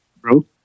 bro